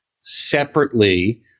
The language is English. separately